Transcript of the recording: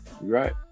Right